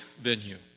venue